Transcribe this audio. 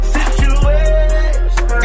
Situation